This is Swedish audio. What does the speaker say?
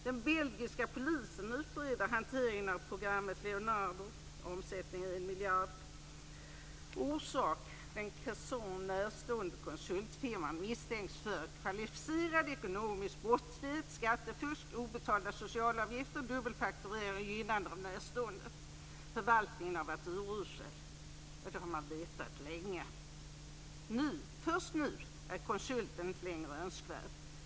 Den belgiska polisen utreder hanteringen av programmet Leonardo, där omsättningen är 1 miljard. Orsaken är att den Cresson närstående konsultfirman misstänks för kvalificerad ekonomisk brottslighet, skattefusk, obetalda socialavgifter, dubbelfaktureringar och gynnande av närstående. Förvaltningen har varit urusel. Detta har man vetat länge. Först nu är konsulten inte längre önskvärd.